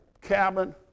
cabin